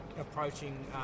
approaching